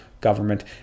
government